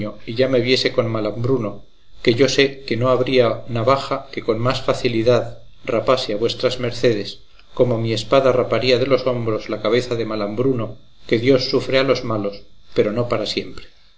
y ya me viese con malambruno que yo sé que no habría navaja que con más facilidad rapase a vuestras mercedes como mi espada raparía de los hombros la cabeza de malambruno que dios sufre a los malos pero no para siempre